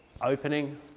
opening